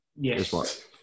Yes